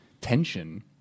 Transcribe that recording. tension